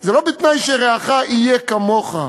זה לא בתנאי שרעך יהיה כמוך,